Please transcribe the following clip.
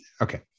Okay